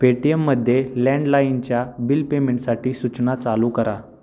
पेटीयममध्ये लँडलाईनच्या बिल पेमेंटसाठी सूचना चालू करा